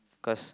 cause